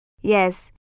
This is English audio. Yes